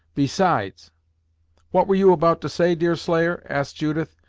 besides what were you about to say, deerslayer? asked judith,